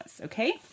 Okay